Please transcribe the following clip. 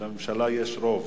שלממשלה יש רוב,